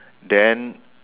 then